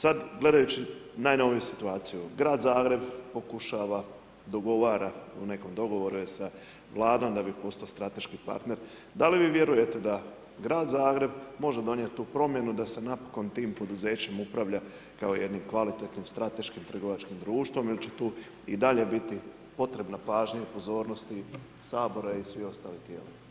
Sad gledajući najnoviju situaciju, grad Zagreb pokušava, dogovara, u nekom dogovoru je sa Vladom da bi postao strateški partner, da li vi vjerujete da grad Zagreb može donijeti tu promjenu da se napokon tim poduzećem upravlja kao jednim kvalitetnim, strateškim trgovačkim društvom il će tu i dalje biti potrebna pažnja i pozornosti Sabora i svih ostalih tijela?